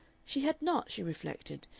she had not, she reflected,